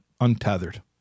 untethered